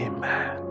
Amen